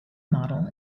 model